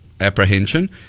apprehension